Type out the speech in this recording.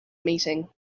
meeting